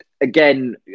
Again